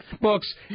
Books